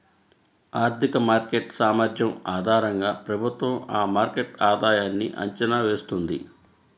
ఆర్థిక మార్కెట్ సామర్థ్యం ఆధారంగా ప్రభుత్వం ఆ మార్కెట్ ఆధాయన్ని అంచనా వేస్తుంది